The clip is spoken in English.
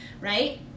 right